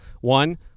One